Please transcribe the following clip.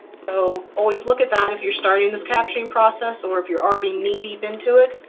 so always look at that. if you're starting this captioning process or if you're already knee-deep into it,